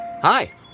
Hi